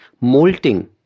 molting